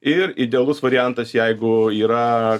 ir idealus variantas jeigu yra